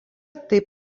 taip